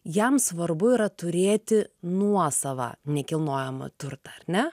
jam svarbu yra turėti nuosavą nekilnojamą turtą ar ne